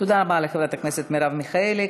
תודה רבה לחברת הכנסת מרב מיכאלי.